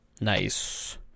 Nice